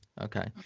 Okay